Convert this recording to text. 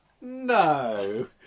No